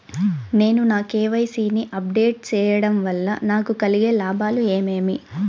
నేను నా కె.వై.సి ని అప్ డేట్ సేయడం వల్ల నాకు కలిగే లాభాలు ఏమేమీ?